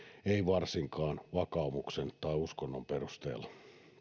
ei varsinkaan vakaumuksen tai uskonnon perusteella